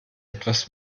etwas